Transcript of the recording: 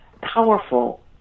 powerful